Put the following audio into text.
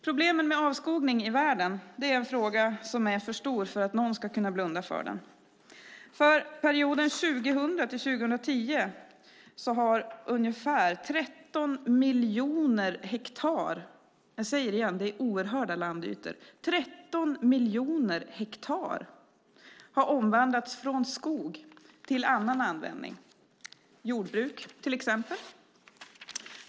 Problemen med avskogning i världen är en fråga som är för stor för att någon ska kunna blunda för den. För perioden 2000-2010 har ungefär 13 miljoner hektar - det är oerhörda landytor - omvandlats från skog till annan användning, jordbruk, till exempel.